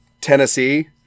Tennessee